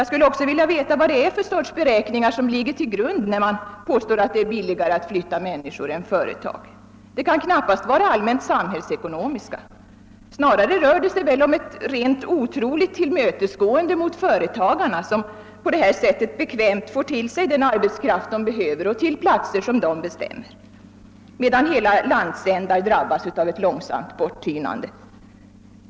Jag skulle också vilja veta vad det är för sorts beräkningar som ligger till grund när man påstår att det är billigare att flytta människor än företag. Det kan knappast vara allmänt samhällsekonomiska. Snarare rör det sig väl om ett rent otroligt tillmötesgående mot företagarna, som på det här sättet bekvämt får den arbetskraft de behöver till platser som de bestämmer, medan hela landsändar drabbas av ett långsamt borttynande.